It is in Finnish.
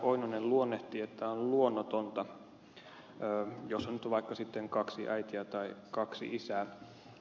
oinonen luonnehti että on luonnotonta jos on vaikka kaksi äitiä tai kaksi isää